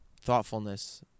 thoughtfulness